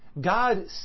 God